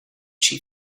she